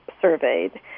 surveyed